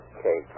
Okay